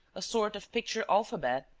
a sort of picture alphabet,